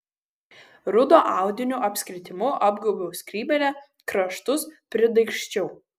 rudo audinio apskritimu apgaubiau skrybėlę kraštus pridaigsčiau